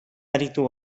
aritu